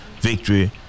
victory